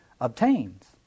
obtains